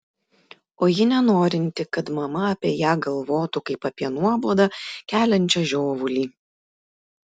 o ji nenorinti kad mama apie ją galvotų kaip apie nuobodą keliančią žiovulį